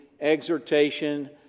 exhortation